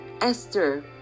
Esther